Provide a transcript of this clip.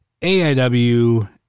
AIW